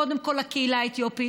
קודם כול של הקהילה האתיופית.